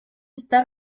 está